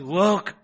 work